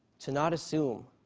to not assume.